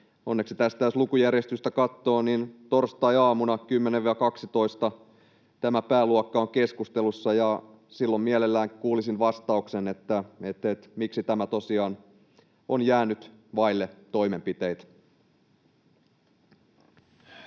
onneksi, jos lukujärjestystä katsoo, torstaiaamuna 10—12 tämä pääluokka on keskustelussa, ja silloin mielelläni kuulisin vastauksen, miksi tämä tosiaan on jäänyt vaille toimenpiteitä.